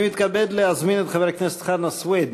אני מתכבד להזמין את חבר הכנסת חנא סוייד